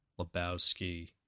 Lebowski